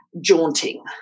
jaunting